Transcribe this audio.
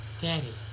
Daddy